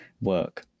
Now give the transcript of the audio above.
work